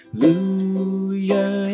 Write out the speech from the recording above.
hallelujah